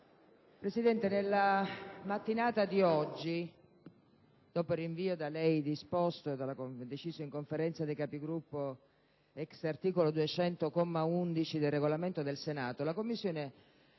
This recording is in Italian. stesso. Nella mattinata di oggi, dopo il rinvio da lei disposto e deciso in Conferenza dei Capigruppo *ex* articolo 100, comma 11, del Regolamento del Senato, la Commissione